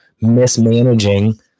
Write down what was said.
mismanaging